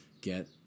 get